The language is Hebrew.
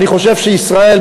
אני חושב שישראל,